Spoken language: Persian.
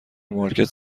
مارکت